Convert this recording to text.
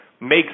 makes